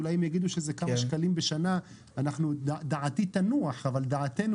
ואולי הם יאמרו שאלה כמה שקלים בשנה ואז דעתי תנוח אבל דעתנו